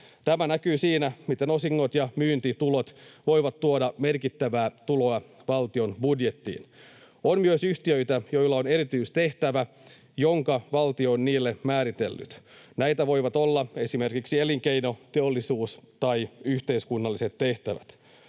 Tämä näkyy siinä, miten osingot ja myyntitulot voivat tuoda merkittävää tuloa valtion budjettiin. On myös yhtiöitä, joilla on erityistehtävä, jonka valtio on niille määritellyt. Näitä voivat olla esimerkiksi elinkeino, teollisuus tai yhteiskunnalliset tehtävät.